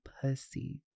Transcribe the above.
pussy